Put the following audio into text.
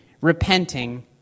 repenting